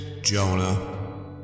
Jonah